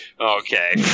Okay